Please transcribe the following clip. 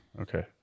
Okay